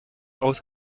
aus